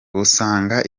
usanga